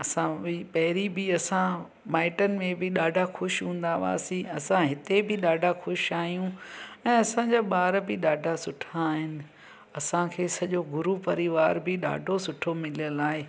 असां बि पंहिरीं बि असां माइटनि में बि ॾाढा ख़ुशि हूंदा हुआसीं असां हिते बि ॾाढा ख़ुशि आहियूं ऐं असांजा ॿार बि ॾाढा सुठा आहिनि असांखे सॼो गुरू परिवार बि ॾाढो सुठो मिलयल आहे